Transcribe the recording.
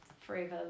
forever